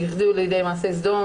הגיעו לכדי מעשה סדום,